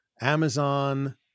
Amazon